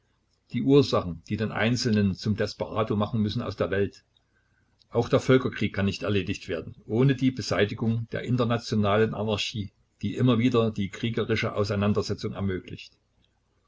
die ursachen die den einzelnen zum desperado machen müssen aus der welt auch der völkerkrieg kann nicht erledigt werden ohne die beseitigung der internationalen anarchie die immer wieder die kriegerische auseinandersetzung ermöglicht